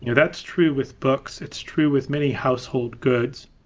yeah that's true with books. it's true with many household goods.